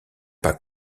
pas